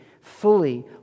fully